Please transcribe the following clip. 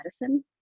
medicine